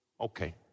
Okay